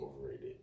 overrated